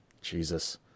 jesus